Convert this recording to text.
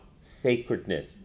sacredness